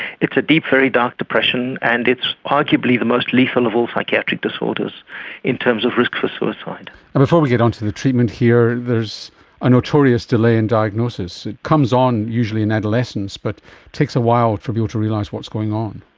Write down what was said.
it's a deep, very dark depression and it's arguably the most lethal of all psychiatric disorders in terms of risks of suicide. and before we get onto the treatment here, there's a notorious delay in diagnosis. it comes on usually in adolescence but takes a while for people to realise what's going on.